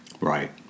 Right